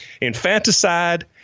infanticide